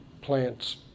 plants